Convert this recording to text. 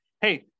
hey